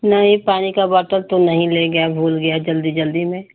नहीं पानी का बाटल तो नहीं ले गया भूल गया जल्दी जल्दी में